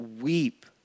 weep